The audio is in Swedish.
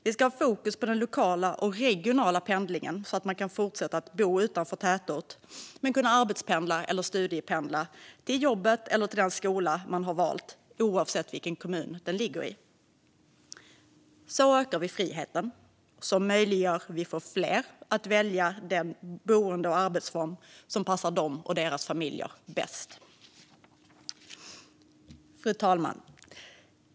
Vi ska ha fokus på den lokala och regionala pendlingen så att man kan fortsätta att bo utanför tätort men pendla till jobbet eller till den skola man valt, oavsett vilken kommun de ligger i. Så ökar vi friheten och möjliggör för fler att välja den boende och arbetsform som passar dem och deras familjer bäst. Fru talman!